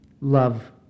love